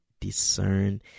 discern